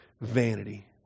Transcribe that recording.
vanity